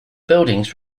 buildings